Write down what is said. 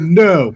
no